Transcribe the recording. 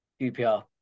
UPR